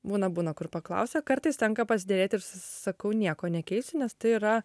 būna būna kur paklausia kartais tenka pasiderėt ir sakau nieko nekeisiu nes tai yra